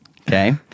Okay